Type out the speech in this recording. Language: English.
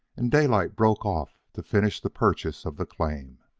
and daylight broke off to finish the purchase of the claim.